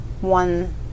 one